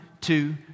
two